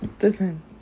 listen